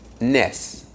ness